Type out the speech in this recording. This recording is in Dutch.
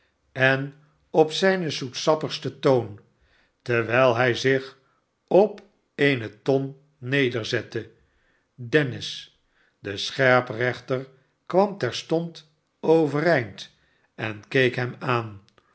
en op zijn zoetsappigsten toon terwijl hij zich op eene ton nederzette denni s l de scherprechter kwam terstond overeind en keek hem aan